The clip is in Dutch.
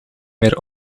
meer